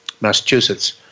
Massachusetts